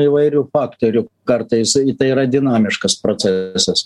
įvairių faktorių kartais tai yra dinamiškas procesas